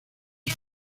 sus